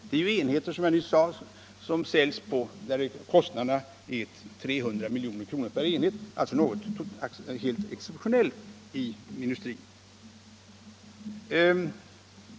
Det är ju, som jag nyss sade, enheter där kostnaderna är 300 milj.kr. per enhet, alltså någonting helt exceptionellt i industrin.